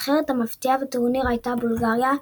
הנבחרת המפתיעה בטורניר הייתה בולגריה,